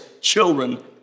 children